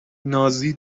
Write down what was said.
نازی